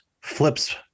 flips